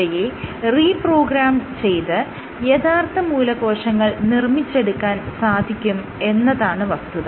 ഇവയെ reprogram ചെയ്ത് യഥാർത്ഥ മൂലകോശങ്ങൾ നിർമ്മിച്ചെടുക്കാൻ നമുക്ക് സാധിക്കും എന്നതാണ് വസ്തുത